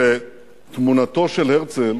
שתמונתו של הרצל